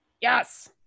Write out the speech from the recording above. Yes